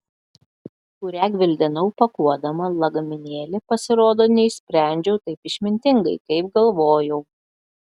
kurią gvildenau pakuodama lagaminėlį pasirodo neišsprendžiau taip išmintingai kaip galvojau